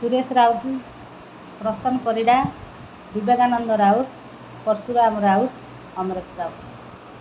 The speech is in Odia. ସୁରେଶ ରାଉତ ପ୍ରସନ୍ନ ପରିଡ଼ା ବିବେକାନନ୍ଦ ରାଉତ ପର୍ଶୁରାମ ରାଉତ ଅମରେଶ ରାଉତ